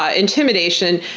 ah intimidation,